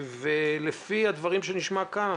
לפי הדברים שנשמע כאן,